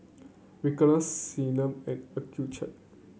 Ricola and Accucheck